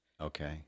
Okay